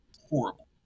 horrible